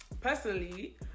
personally